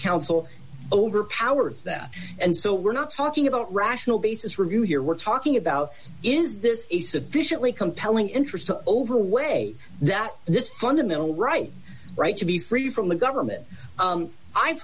counsel overpowered that and so we're not talking about rational basis review here we're talking about is this a sufficiently compelling interest to overweigh that this fundamental right right to be free from the government i've